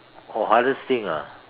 oh hardest thing ah